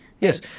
Yes